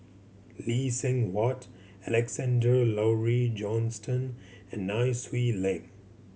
Lee Seng Huat Alexander Laurie Johnston and Nai Swee Leng